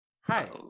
Hi